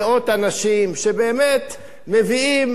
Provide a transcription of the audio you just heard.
שבאמת מביאים לפריפריה,